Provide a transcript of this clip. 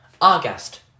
August